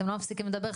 אתם לא מפסיקים לדבר,